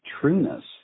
trueness